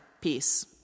peace